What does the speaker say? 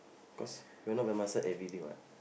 cause you're not by my side everyday what